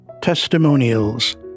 Testimonials